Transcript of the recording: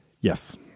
Yes